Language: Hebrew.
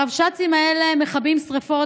הרבש"צים האלה מכבים שרפות,